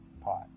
pot